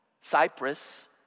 Cyprus